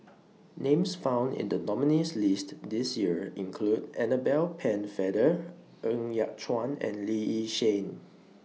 Names found in The nominees' list This Year include Annabel Pennefather Ng Yat Chuan and Lee Yi Shyan